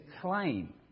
claim